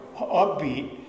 upbeat